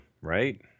right